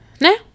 no